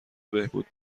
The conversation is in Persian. بهبود